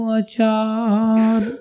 achar